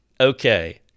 okay